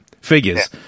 figures